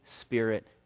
Spirit